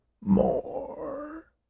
More